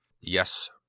Yes